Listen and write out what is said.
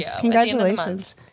Congratulations